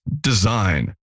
Design